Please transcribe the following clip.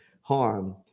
harm